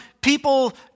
people